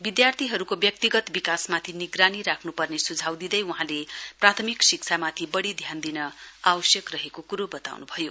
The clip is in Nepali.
विद्यार्थीहरुको व्यक्तिगत विकासमाथि निगरानी राख्नुपर्ने सुझाउ दिँदै वहाँले प्राथमिक शिक्षामाथि बढ़ी ध्यान दिना आवश्यक रहेको कुरो बताउनु भयो